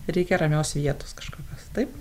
reikia ramios vietos kažkokios taip